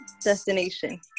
destination